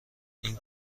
این